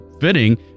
fitting